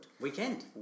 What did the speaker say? Weekend